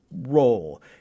role